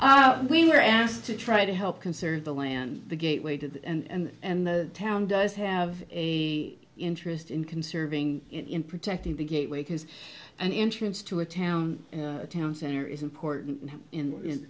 home we were asked to try to help conserve the land the gateway to that and the town does have a interest in conserving in protecting the gateway because an entrance to a town a town center is important and in